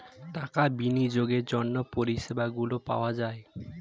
টাকা বিনিয়োগের জন্য পরিষেবাগুলো পাওয়া যায়